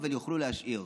אבל יוכלו להשאיר.